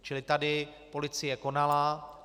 Čili tady policie konala.